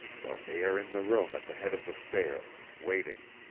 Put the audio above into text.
but they are in the room at the head of the stair waiting.